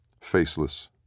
faceless